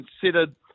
considered